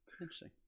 Interesting